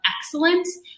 excellence